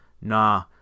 Nah